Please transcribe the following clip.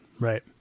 right